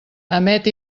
emet